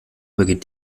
beginnt